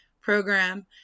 program